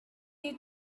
you